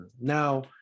Now